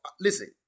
listen